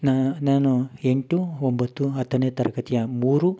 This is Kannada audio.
ನಾ ನಾನು ಎಂಟು ಒಂಬತ್ತು ಹತ್ತನೆಯ ತರಗತಿಯು ಮೂರು